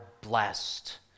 blessed